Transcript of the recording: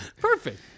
perfect